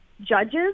judges